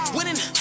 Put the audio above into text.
Winning